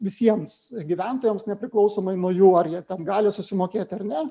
visiems gyventojams nepriklausomai nuo jų ar jie tam gali susimokėti ar ne